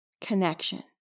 connection